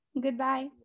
Goodbye